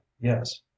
yes